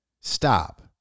Stop